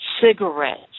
cigarettes